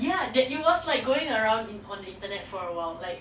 ya that it was like going around in on the internet for awhile like